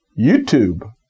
YouTube